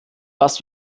was